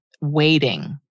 waiting